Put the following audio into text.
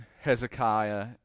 Hezekiah